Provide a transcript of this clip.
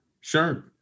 Sure